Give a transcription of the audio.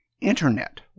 internet